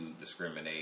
discriminate